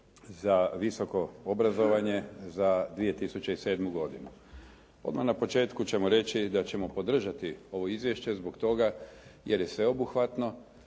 za visoko obrazovanje za 2007. godinu. Odmah na početku ćemo reći da ćemo podržati ovo izvješće zbog toga jer je sveobuhvatno,